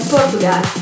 Portugal